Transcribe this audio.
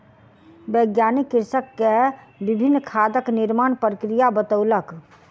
वैज्ञानिक कृषक के विभिन्न खादक निर्माण प्रक्रिया बतौलक